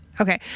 okay